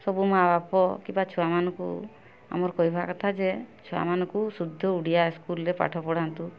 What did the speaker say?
ସବୁ ମା' ବାପା କିମ୍ବା ଛୁଆମାନଙ୍କୁ ଆମର କହିବା କଥା ଯେ ଛୁଆମାନଙ୍କୁ ଶୁଦ୍ଧ ଓଡ଼ିଆ ସ୍କୁଲ୍ରେ ପାଠ ପଢ଼ାନ୍ତୁ